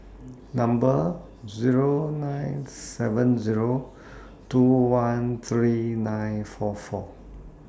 Number Zero nine seven two one three nine four four